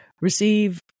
Receive